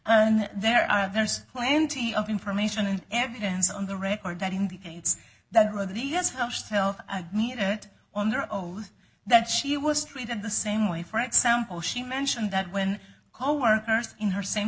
and there are there's plenty of information and evidence on the record that indicates that rather than just me on their oath that she was treated the same way for example she mentioned that when coworkers in her same